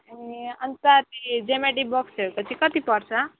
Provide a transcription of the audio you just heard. अनि अन्त यी जियोमेट्री बक्सहरूको चाहिँ कति पर्छ